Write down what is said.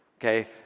Okay